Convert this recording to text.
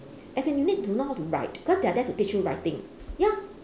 as in you need to know how to write because they are there to teach you writing ya